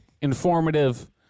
informative